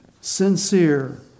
sincere